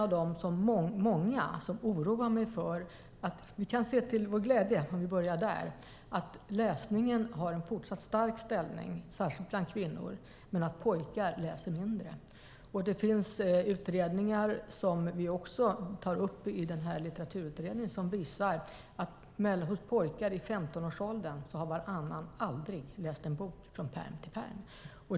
Vi kan till vår glädje se att läsningen har en fortsatt stark ställning, särskilt bland kvinnor. Pojkar läser dock mindre. Det finns utredningar, som vi också tar upp i Litteraturutredningen, som visar att varannan pojke i femtonårsåldern aldrig har läst en bok från pärm till pärm.